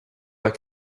that